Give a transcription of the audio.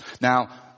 Now